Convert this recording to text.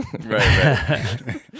Right